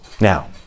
Now